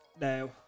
Now